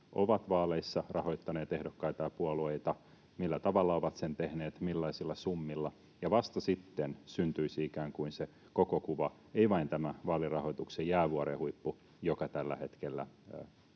ovat vaaleissa rahoittaneet ehdokkaita ja puolueita, millä tavalla ovat sen tehneet, millaisilla summilla, ja vasta sitten syntyisi ikään kuin se koko kuva, ei vain tämä vaalirahoituksen jäävuoren huippu, joka tällä hetkellä